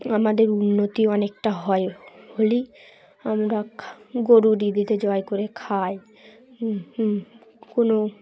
আমাদের উন্নতি অনেকটা হয় হলে আমরা গরু জয় করে খায় কোনো